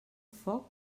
foc